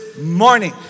morning